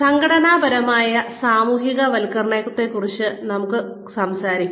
സംഘടനാപരമായ സാമൂഹികവൽക്കരണത്തെക്കുറിച്ച് നമുക്ക് കുറച്ച് സംസാരിക്കാം